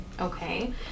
okay